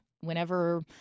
whenever